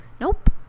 Nope